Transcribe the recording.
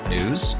News